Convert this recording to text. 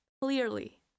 clearly